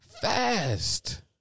fast